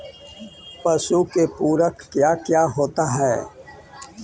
पशु के पुरक क्या क्या होता हो?